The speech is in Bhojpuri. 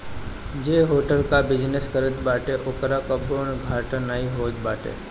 जे होटल कअ बिजनेस करत बाटे ओकरा कबो घाटा नाइ होत बाटे